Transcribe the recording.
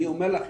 אני אומר לכם,